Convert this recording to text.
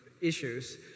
issues